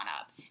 up